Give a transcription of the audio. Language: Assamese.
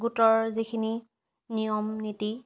গোটৰ যিখিনি নিয়ম নীতি